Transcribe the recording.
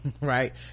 right